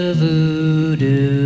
voodoo